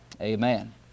amen